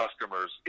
customers